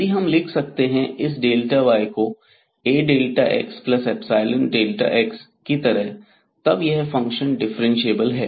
यदि हम लिख सकते हैं इस y को Axϵx की तरह तब यह फंक्शन डिफ्रेंशिएबल है